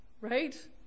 Right